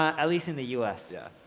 um at least in the us. yeah.